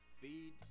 feed